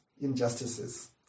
injustices